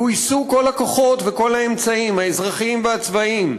גויסו כל הכוחות וכל האמצעים, האזרחיים והצבאיים.